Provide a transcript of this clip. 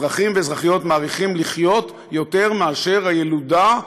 אזרחים ואזרחיות מאריכים לחיות יותר מאשר הילודה,